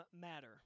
matter